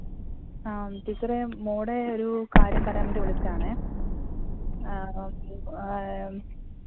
ആ ടീച്ചറെ മോളുടെ ഒരു കാര്യം പറയാൻ വേണ്ടി വിളിച്ചതാണേ